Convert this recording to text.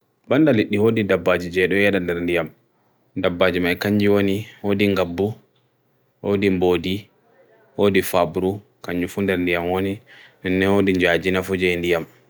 Nde ewi, ko hayreji ɗiɗi e wude tawa, ko ndiyanji, hawaaji ko aannda. Hayreji toɓe ngariima mboyata, ɗo daani.